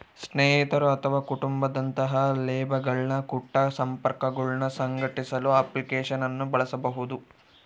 ಸ್ನೇಹಿತರು ಅಥವಾ ಕುಟುಂಬ ದಂತಹ ಲೇಬಲ್ಗಳ ಕುಟ ಸಂಪರ್ಕಗುಳ್ನ ಸಂಘಟಿಸಲು ಅಪ್ಲಿಕೇಶನ್ ಅನ್ನು ಬಳಸಬಹುದು